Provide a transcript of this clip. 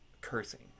cursing